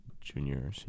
junior